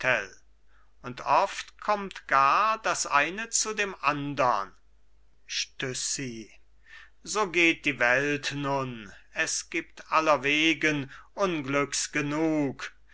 und oft kommt gar das eine zu dem andern stüssi so geht die welt nun es gibt allerwegen unglücks genug